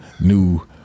new